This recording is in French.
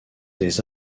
des